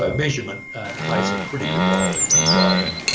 ah measurement plays a critical role in driving